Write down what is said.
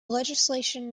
legislation